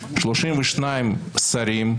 32 שרים,